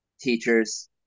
teachers